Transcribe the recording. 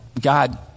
God